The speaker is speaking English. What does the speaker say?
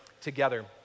together